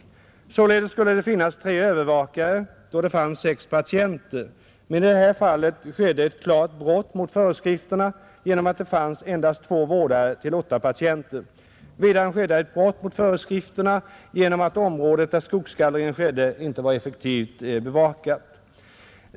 Således skulle det vara tre övervakare då det fanns sex patienter. Men i detta fall skedde ett klart brott mot föreskrifterna genom att det fanns endast två vårdare till åtta patienter. Vidare skedde ett brott mot föreskrifterna genom att området där skogsgallringen skedde inte var effektivt bevakat.